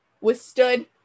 withstood